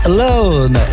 Alone